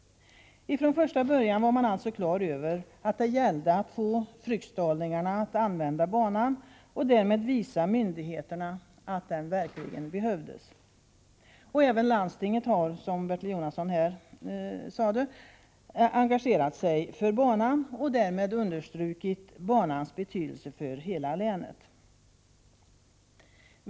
Från första början var man alltså klar över att det gällde att få fryksdalingarna att använda banan och därmed visa myndigheterna att den verkligen behövdes. Även landstinget har, som Bertil Jonasson sade, engagerat sig för banan och därmed understrukit dess betydelse för hela länet.